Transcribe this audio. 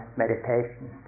meditation